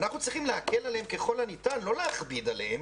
אנחנו צריכים להקל עליהם ככל הניתן ולא להכביד עליהם.